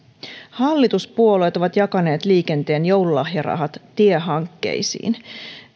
hallituspuolueet ovat jakaneet liikenteen joululahjarahat tiehankkeisiin